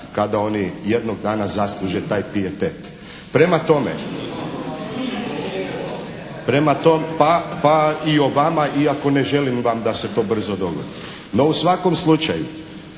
Prema tome,… …/Upadica se ne razumije./… Prema tome, pa i o vama, iako ne želim vam da se to brzo dogodi. No, u svakom slučaju